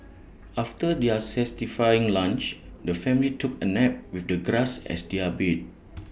after their lunch the family took A nap with the grass as their bed